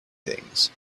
things